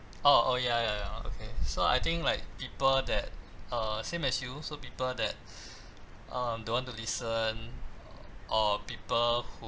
oh oh ya ya ya okay so I think like people that uh same as you so people that um don't want to listen or people who